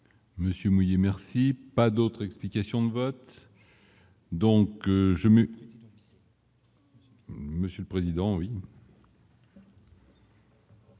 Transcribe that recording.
Monsieur Mulliez, merci, pas d'autres explications de vote.